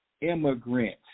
immigrant